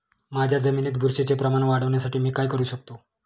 माझ्या जमिनीत बुरशीचे प्रमाण वाढवण्यासाठी मी काय करू शकतो?